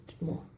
more